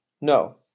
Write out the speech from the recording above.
No